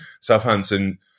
Southampton